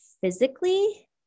physically